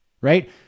right